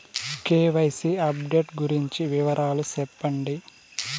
KYC update గురించి వివరాలు సెప్పండి?